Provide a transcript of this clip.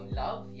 love